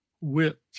Wit